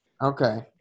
Okay